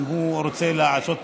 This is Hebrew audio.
אם הוא רוצה לעשות תיקון,